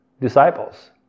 disciples